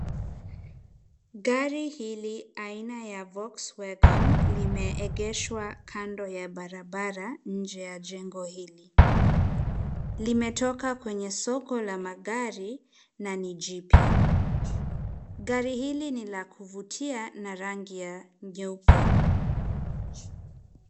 Gari hili aina ya Volkswagen limeegeshwa kando ya barabara nje ya jengo hili. Limetoka kwenye soko la magari na ni jipya. Gari hili ni la kuvutia na rangi ya nyeupe.